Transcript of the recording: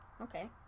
okay